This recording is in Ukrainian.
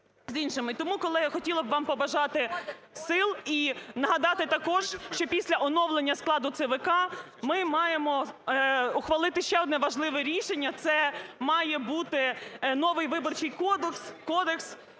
Тому, колеги, хотіла б вам побажати сил і нагадати також, що після оновлення складу ЦВК ми маємо ухвалити ще одне важливе рішення. Це має бути новий Виборчий кодекс